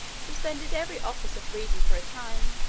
suspended every office of reason for a time,